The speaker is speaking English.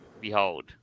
Behold